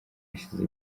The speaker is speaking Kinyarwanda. hashize